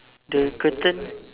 the curtain